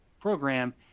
program